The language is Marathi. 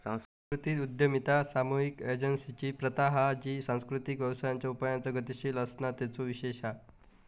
सांस्कृतिक उद्यमिता सामुहिक एजेंसिंची प्रथा हा जी सांस्कृतिक व्यवसायांच्या उपायांचा गतीशील असणा तेचो विशेष हा